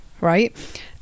right